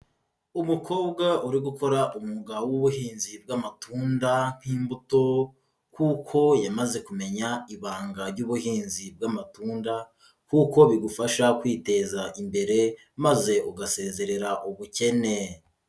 Umukobwa uri gukora umwuga w'ubuhinzi bw'amatunda nk'imbuto, kuko yamaze kumenya ibanga ry'ubuhinzi bw'amatunda, kuko bigufasha kwiteza imbere maze ugasezerera ubukene.